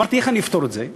אמרתי, איך אני אפתור את זה?